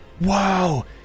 Wow